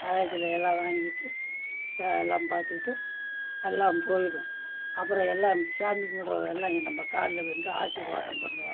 ஆகாயத்தில் எல்லாம் வாங்கிட்டு எல்லாம் பார்த்துகிட்டு எல்லாம் போய்விடும் அப்புறம் எல்லாம் சாமி கும்பிடுறவ எல்லாம் இங்கே நம்ம காலில் விழுந்து ஆசீர்வாதம் பண்ணுவாங்க